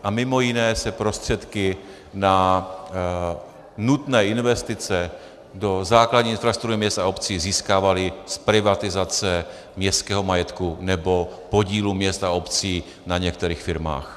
A mimo jiné se prostředky na nutné investice do základní infrastruktury měst a obcí získávaly z privatizace městského majetku nebo podílů měst a obcí na některých firmách.